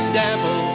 devil